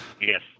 Yes